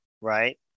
right